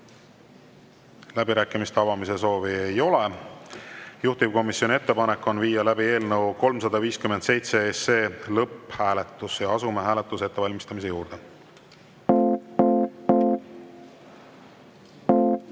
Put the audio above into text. Läbirääkimiste avamise soovi ei ole. Juhtivkomisjoni ettepanek on viia läbi eelnõu 357 lõpphääletus. Asume hääletuse ettevalmistamise juurde.